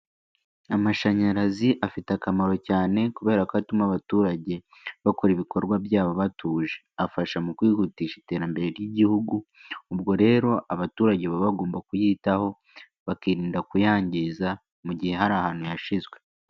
Amashanyarazi afite akamaro cyane kubera ko atuma abaturage bakora ibikorwa byabo batuje, afasha mu kwihutisha iterambere ry'igihugu ubwo rero abaturage baba bagomba kuyitaho bakirinda kuyangiza mu gihe hari ahantu yashizwe.